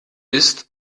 ist